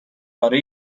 پاره